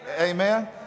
Amen